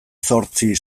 zortzi